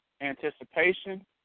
anticipation